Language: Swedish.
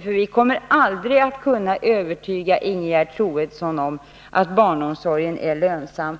skulle ha hjälpt, för vi kommer aldrig att kunna övertyga Ingegerd Troedsson om att barnomsorgen är lönsam.